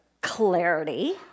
clarity